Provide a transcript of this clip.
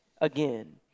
again